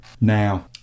Now